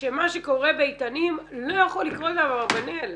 שמה שקורה באיתנים לא יכול לקרות באברבנאל.